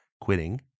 quitting